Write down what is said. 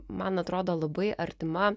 man atrodo labai artima